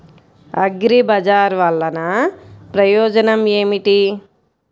అగ్రిబజార్ వల్లన ప్రయోజనం ఏమిటీ?